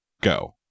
go